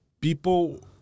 people